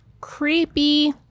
Creepy